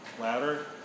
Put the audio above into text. Louder